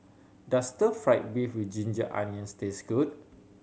does stir fried beef with ginger onions taste good